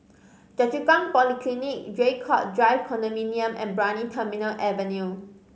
Choa Chu Kang Polyclinic Draycott Drive Condominium and Brani Terminal Avenue